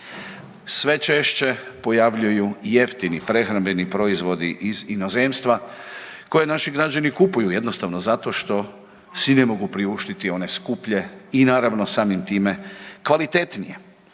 sve češće pojavljuju jeftini prehrambeni proizvodi iz inozemstva koje naši građani kupuju jednostavno zato što si ne mogu priuštiti one skuplje i naravno samim time kvalitetnije.